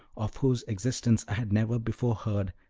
of whose existence i had never before heard,